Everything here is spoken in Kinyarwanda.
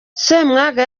semwanga